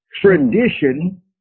tradition